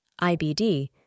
IBD